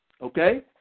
Okay